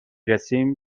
رسیم